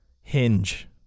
hinge